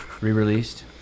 re-released